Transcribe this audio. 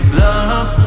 love